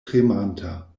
tremanta